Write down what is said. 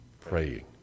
praying